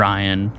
Ryan